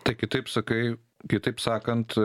tu kitaip sakai kitaip sakant